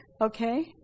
okay